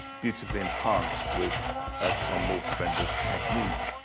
beautifully enhanced with ah tom waltz-bender's technique.